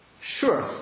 Sure